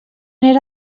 era